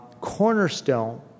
cornerstone